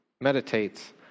meditates